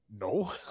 no